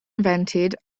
invented